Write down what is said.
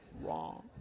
Wrong